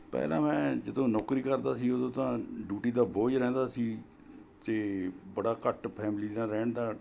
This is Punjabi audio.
ਪਹਿਲਾਂ ਮੈਂ ਜਦੋਂ ਨੋਕਰੀ ਕਰਦਾ ਸੀ ਉਦੋਂ ਤਾਂ ਡਿਊਟੀ ਦਾ ਬੋਝ ਰਹਿੰਦਾ ਸੀ ਅਤੇ ਬੜਾ ਘੱਟ ਫੈਮਲੀ ਨਾਲ ਰਹਿਣ ਦਾ